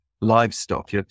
livestock